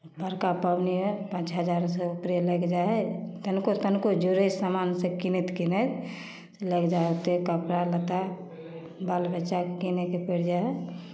बड़का पाबनि हइ पाँच हजारसँ उपरे लागि जाइ हइ तनिको तनिको जरूरी सामान सभ कीनैत कीनैत लागि जाइ हइ ओतेक कपड़ा लत्ता बाल बच्चाके कीनयके पड़ि जाइ हइ